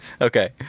Okay